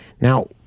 Now